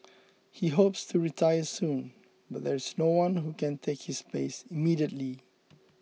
he hopes to retire soon but there is no one who can take his place immediately